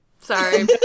Sorry